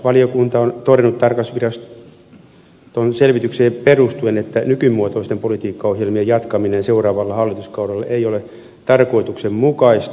tarkastusvaliokunta on todennut tarkastusviraston selvitykseen perustuen että nykymuotoisten politiikkaohjelmien jatkaminen seuraavalla hallituskaudella ei ole tarkoituksenmukaista